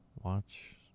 watch